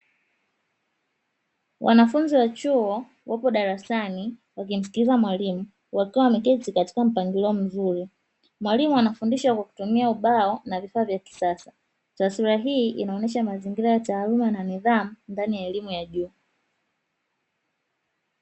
Wanafunzi wa chuo wapo darasani wakimsikiliza mwalimu wakiwa wameketi katika mpangilio mzuri, mwalimu anafundisha kwa kutumia ubao na vifaa vya kisasa, taswira hii inaonyesha mazingira ya taaluma na nidhamu ndani ya elimu ya juu.